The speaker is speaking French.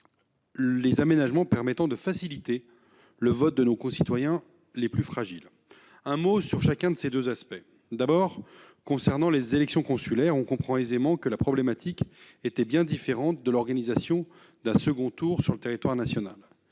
les aménagements permettant de faciliter le vote de nos concitoyens les plus fragiles. J'évoquerai brièvement ces deux aspects. Tout d'abord, concernant les élections consulaires, on comprend aisément que la problématique était bien différente de l'organisation d'un second tour sur le territoire national.